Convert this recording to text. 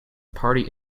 party